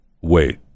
wait